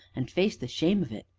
and face the shame of it